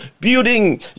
building